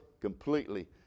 completely